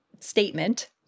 statement